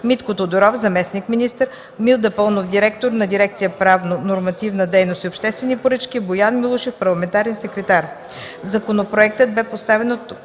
Митков Тодоров – заместник-министър, Милда Паунова – директор на дирекция „Правно нормативна дейност и обществени поръчки”, и Боян Милушев – парламентарен секретар.